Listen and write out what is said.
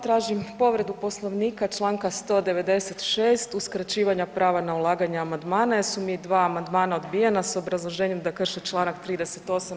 Tražim povredu Poslovnika čl. 196. uskraćivanje prava na ulaganje amandmana jer su mi dva amandmana odbijena s obrazloženjem da krše čl. 38.